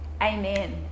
amen